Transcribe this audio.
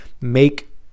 make